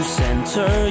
center